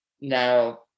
now